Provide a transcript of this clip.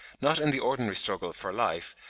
not in the ordinary struggle for life,